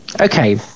Okay